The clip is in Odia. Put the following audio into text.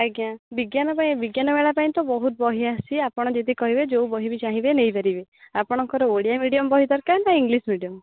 ଆଜ୍ଞା ବିଜ୍ଞାନ ପାଇଁ ବିଜ୍ଞାନ ମେଳା ପାଇଁ ତ ବହୁତ ବହି ଆସିଛି ଆପଣ ଯଦି କହିବେ ଯୋଉ ବହି ବି ଚାହିଁବେ ନେଇପାରିବେ ଆପଣଙ୍କର ଓଡ଼ିଆ ମିଡ଼ିଅମ୍ ବହି ଦରକାର ନା ଇଂଗ୍ଲିଶ୍ ମିଡ଼ିଅମ୍